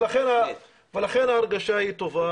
לכן ההרגשה היא טובה.